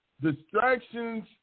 distractions